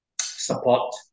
support